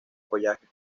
follaje